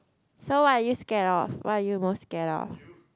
so what are you scared of what are you most scared of